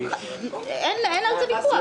אין על זה ויכוח.